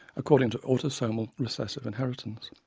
according to autosomal recessive inheritance.